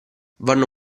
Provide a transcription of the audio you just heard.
vanno